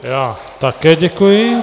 Já také děkuji.